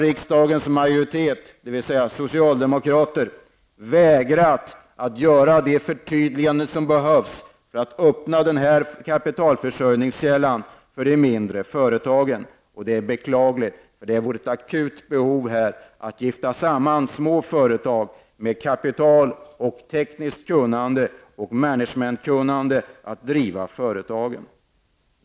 Riksdagens majoritet, dvs. socialdemokraterna, har här vägrat att göra det förtydligande som behövs för att öppna denna kapitalförsörjningskälla för de mindre företagen. Det är beklagligt. Det finns ett akut behov av att gifta samman små företag med kapital, tekniskt kunnande och management-kunnande för drift av företagen.